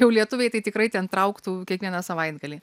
jau lietuviai tai tikrai ten trauktų kiekvieną savaitgalį